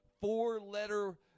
four-letter